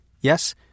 yes